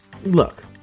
look